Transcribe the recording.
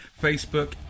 Facebook